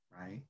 right